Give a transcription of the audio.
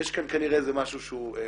יש כאן כנראה איזה משהו שהוא מעבר.